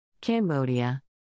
Cambodia